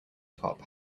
top